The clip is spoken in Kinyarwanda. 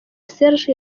serge